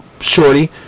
shorty